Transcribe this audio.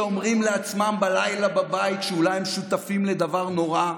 שאומרים לעצמם בלילה בבית שאולי הם שותפים לדבר נורא,